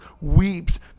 weeps